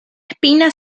espina